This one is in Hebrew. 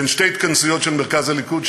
בין שתי התכנסויות של מרכז הליכוד,